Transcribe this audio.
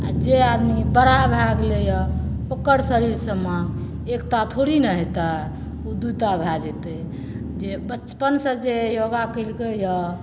आ जे आदमी बड़ा भए गेलैया ओकर शरीर समाङ्ग एकता थोड़े ने हेतै ओ दुता भए जेतै जे बचपन से जे योगा कैलकैया